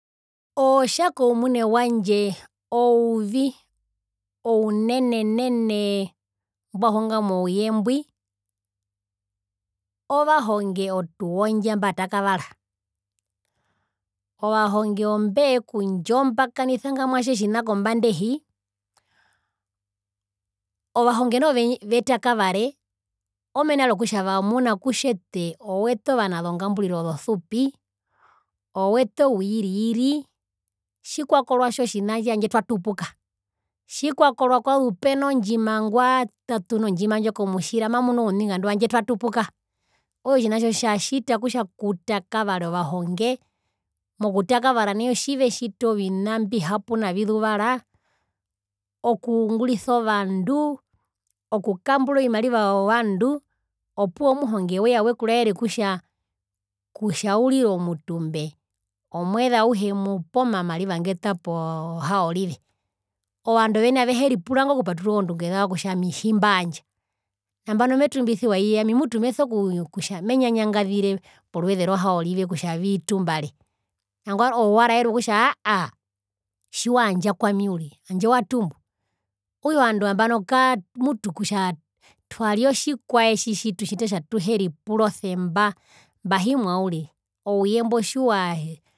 Otja koumune wandje ouvi ounene nene mbwahungama ouye mbwi ovahonge otuuondja mbatakavara ovahonge ombekundjombakanisa ngamwa itjo tjina kombanda ehi ovahonge noho vetakavare omena rokutja vamuna kutja ete owete ovana zongamburiro ozosupi owete owiriiri tjikwakorwa tjotjina tji tjandje twatupuka tjikwakorwa kwazu peno ndjima ngwatatuna ondjima ndjo komutjira manu ouningandu handje twatupuka okutja otjina tjo tjatjita kutja kutakavare ovahonge tjivatakavara nai otjivetjita ovina mbihapu nu avizuvara, okungurisa ovandu okukambura ovimariva vyo vandu `opuwo omuhonge weya wekuraare kutja, kutja urire omutumbe omweze auhe mupa omamariva ngeta poo haorive ovandu oveni aveheripura ingo kupaturura ozondunge zao kutja ami tjimbaandja nambano metumbisiwa iye ami mundu meso kutja menyanya ngazire poruveze rohaorive kutja vitumbare nangwari ove waraerwa kutja aahaa tjiwaandja kwami uriri handje watumbu okutja ovandu nambano kaa kutja twarya otjikwae tjitjitutjita kutja atuheripura osemba mbahimbwa uriri ouye mbwi otjiwaa.